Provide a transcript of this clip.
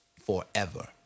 Forever